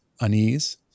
unease